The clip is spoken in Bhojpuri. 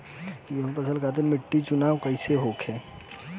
गेंहू फसल खातिर मिट्टी चुनाव कईसे होखे?